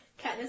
Katniss